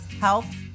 health